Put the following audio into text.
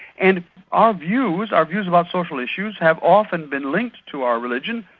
and our views, our views about social issues, have often been linked to our religion,